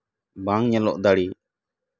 ᱵᱟᱝ ᱧᱮᱞᱚᱜ ᱫᱟᱲᱮ